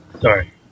Sorry